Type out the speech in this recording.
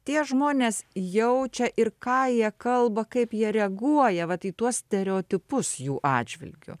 tie žmonės jaučia ir ką jie kalba kaip jie reaguoja vat į tuos stereotipus jų atžvilgiu